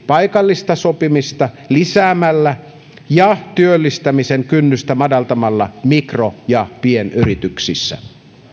paikallista sopimista lisäämällä ja työllistämisen kynnystä madaltamalla mikro ja pienyrityksissä